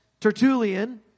Tertullian